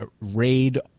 raid